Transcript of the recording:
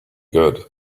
good